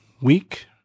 week